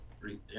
three